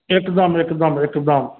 एकदम एकदम एकदम